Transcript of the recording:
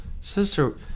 sister